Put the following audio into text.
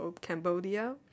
Cambodia